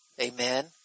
Amen